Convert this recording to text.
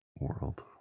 world